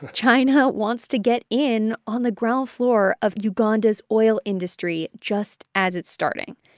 and china wants to get in on the ground floor of uganda's oil industry just as it's starting.